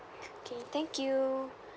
okay thank you